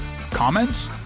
Comments